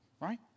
right